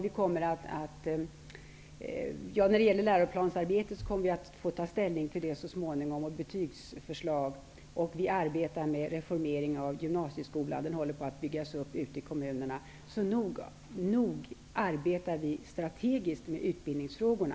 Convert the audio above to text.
Vi kommer att få ta ställning till läroplansarbete och betygsförslag så småningom. Vi arbetar med reformeringen av gymnasieskolan. Den håller på att byggas upp ute i kommunerna. Så nog arbetar vi strategiskt med utbildningsfrågorna.